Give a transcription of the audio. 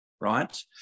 right